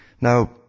now